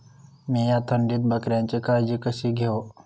मीया थंडीत बकऱ्यांची काळजी कशी घेव?